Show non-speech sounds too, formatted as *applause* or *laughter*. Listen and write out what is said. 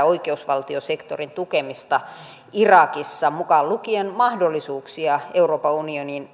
*unintelligible* oikeusvaltiosektorin tukemista irakissa mukaan lukien mahdollisuuksia euroopan unionin